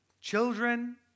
children